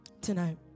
tonight